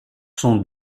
sont